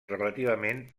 relativament